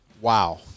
wow